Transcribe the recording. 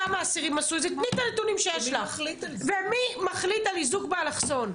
לכמה אסירים עשו את זה ומי מחליט על איזוק באלכסון?